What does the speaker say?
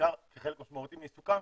וכחלק משמעותי מעיסוקם